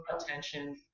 attention